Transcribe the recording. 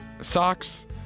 socks